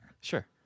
Sure